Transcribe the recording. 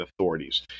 authorities